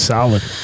Solid